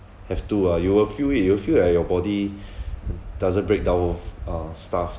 have to ah you will feel it you will feel like your body doesn't breakdown of uh stuff